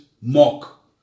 mock